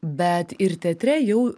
bet ir teatre jau